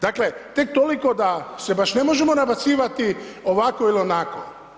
Dakle, tek toliko da se baš ne možemo nabacivati ovako ili onako.